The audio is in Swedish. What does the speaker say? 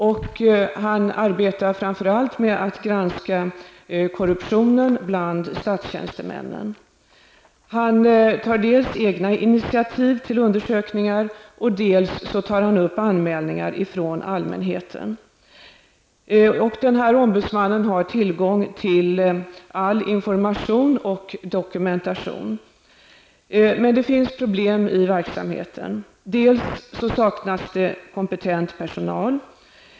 Denne ombudsman arbetar framför allt med att granska korruptionen bland statstjänstemännen. Han tar såväl egna initiativ till undersökningar som initiativ föranledda av anmälningar från allmänheten. Ombudsmannen har tillgång till all information och dokumentation. Det finns emellertid problem i verksamheten. Det saknas kompetent personal.